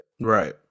Right